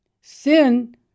sin